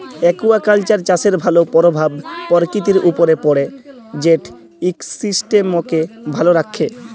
aquaculture চাষের ভালো পরভাব পরকিতির উপরে পড়ে যেট ইকসিস্টেমকে ভালো রাখ্যে